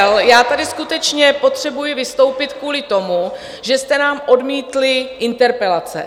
Bohužel, já tady skutečně potřebuji vystoupit kvůli tomu, že jste nám odmítli interpelace.